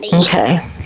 Okay